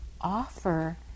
offer